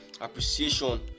appreciation